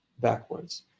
backwards